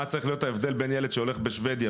מה צריך להיות ההבדל בין ילד שהולך בשבדיה,